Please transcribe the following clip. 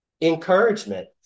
encouragement